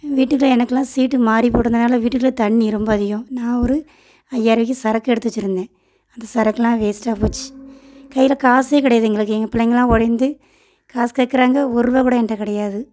வீட்டுக்குள்ளே எனக்கு எல்லாம் சீட்டு மாதிரி போட்டுருந்ததுனால வீட்டுக்குள்ளே தண்ணி ரொம்ப அதிகம் நான் ஒரு ஐயாயிரருவாய்க்கு சரக்கு எடுத்து வச்சுருந்தேன் அந்த சரக்கு எல்லாம் வேஸ்ட்டாக போச்சு கையில் காசே கிடையாது எங்களுக்கு எங்கள் பிள்ளைங்கள் எல்லாம் ஓடியாந்து காசு கேட்குறாங்க ஒருரூவா கூட என்கிட்ட கிடையாது